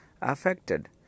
affected